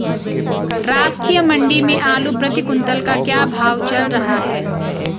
राष्ट्रीय मंडी में आलू प्रति कुन्तल का क्या भाव चल रहा है?